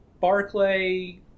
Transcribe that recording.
Barclay